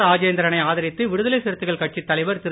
ராஜேந்திரனை ஆதரித்து விடுதலை சிறுத்தைகள் கட்சி தலைவர் திரு